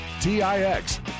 T-I-X